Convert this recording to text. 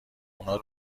اونا